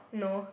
no